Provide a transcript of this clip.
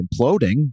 imploding